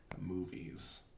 movies